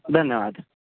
धन्यवाद